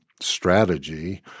strategy